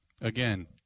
Again